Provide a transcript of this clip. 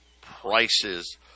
prices